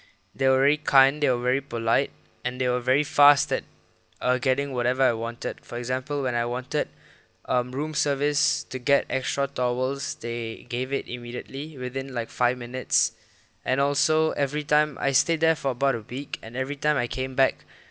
they were very kind they were very polite and they were very fast that uh getting whatever I wanted for example when I wanted um room service to get extra towels they gave it immediately within like five minutes and also every time I stayed there for about a week and every time I came back